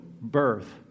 birth